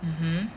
mmhmm